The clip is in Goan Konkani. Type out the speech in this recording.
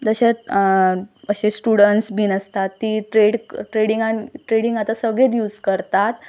तशेंच अशे स्टुडंट्स बीन आसता ती ट्रेड ट्रेडींगान ट्रेडींग आतां सगळेच यूझ करतात